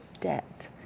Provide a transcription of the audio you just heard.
debt